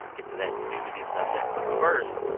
get to that newsy subject. but first,